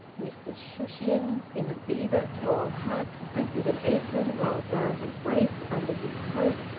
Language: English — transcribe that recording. mr shushions, in a beaver tall-hat and with an apron rolled round his waist under his coat,